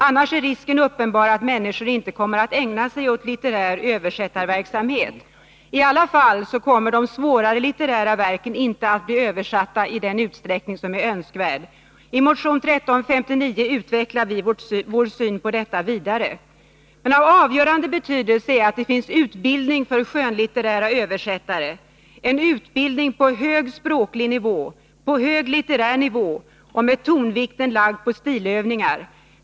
Annars är risken uppenbar att människor inte kommer att ägna sig åt litterär översättarverksamhet. I alla fall kommer de svårare litterära verken inte att bli översatta i den utsträckning som är önskvärd. I motion 1359 utvecklar vi vår syn på detta vidare. Av avgörande betydelse är att det finns utbildning för litterära översättare —en utbildning på hög språklig nivå, på hög litterär nivå och med tonvikten lagd på stilövningar.